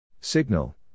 Signal